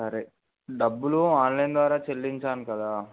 సరే డబ్బులు ఆన్లైన్ ద్వారా చెల్లించాను కదా